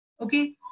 Okay